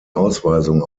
ausweisung